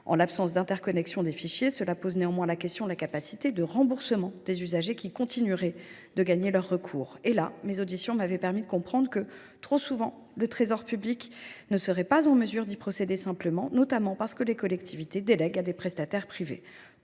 En l’absence d’interconnexion des fichiers, cela pose néanmoins la question de la capacité à rembourser les usagers qui gagneraient leur recours. Sur ce point, mes auditions m’avaient permis de comprendre que, trop souvent, le Trésor public ne serait pas en mesure d’y procéder simplement, notamment parce que les collectivités délèguent le recouvrement des